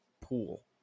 pool